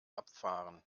abfahren